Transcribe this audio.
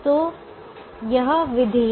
तो यह विधि है